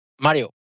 Mario